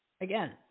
Again